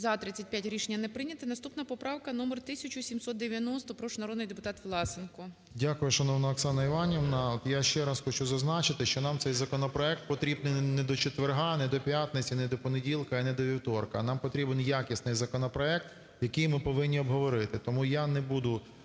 За-35 Рішення не прийняте. Наступна поправка номер 1790. Прошу, народний депутат Власенко. 13:22:10 ВЛАСЕНКО С.В. Дякую, шановна Оксана Іванівна. От я ще раз хочу зазначити, що нам цей законопроект потрібний не до четверга, не до п'ятниці, не до понеділка і не до вівторка, а нам потрібен якісний законопроект, який ми повинні обговорити. Тому я не буду,